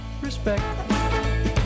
Respect